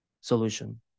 solution